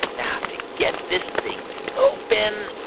now, to get this thing open.